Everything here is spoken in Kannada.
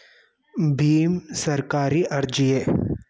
ಭೀಮ್ ಸರ್ಕಾರಿ ಅರ್ಜಿಯೇ?